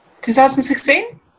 2016